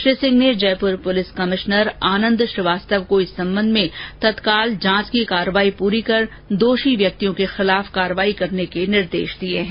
श्री सिंह ने Jaipur police commissioner Anand Srivastava को इस संबंध में तत्काल जांच की कार्यवाही पुरी कर दोषी व्यक्तियो के विरुद्व कार्यवाही करने के निर्देश दिए हैं